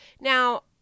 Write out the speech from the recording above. Now